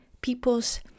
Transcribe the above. people's